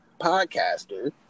podcaster